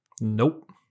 Nope